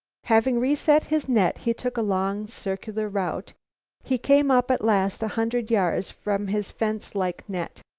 having reset his net he took a long, circular route he came up at last a hundred yards from his fence-like net.